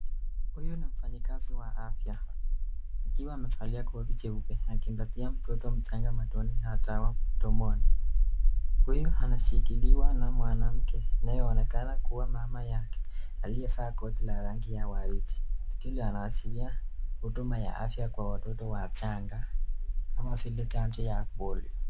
Huyu ni mfanyi kazi wa afya, akiwa akivalia koti jeupe akipatia mtoto mchanga matone ya dawa mdomoni. Huyu anashikiliwa na mwanamke anaonekana kuwa mamayake aliye vaa koti la rangi ya waridi, anawasilia huduma ya afya kwa watoto wachanga kama vile chanjo ya polio.